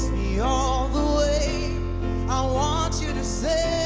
me all the way i want you to stay